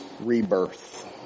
rebirth